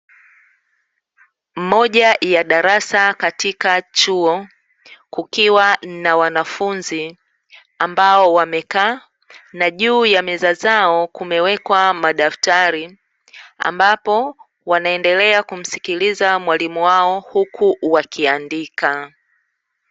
Moja ya darasa katika chuo, kukiwa na wanafunzi ambao wakiwa wamekaa na juu ya meza zao kumewekwa madaftari, ambapo wanaendelea kumsikiliza mwalimu wao huku wakiandika.